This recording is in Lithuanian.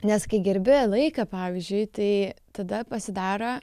nes kai gerbi laiką pavyzdžiui tai tada pasidaro